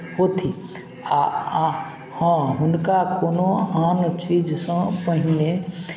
होथि आ हँ हुनका कोनो आन चीजसँ पहिने